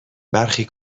برخی